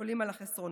עולים על החסרונות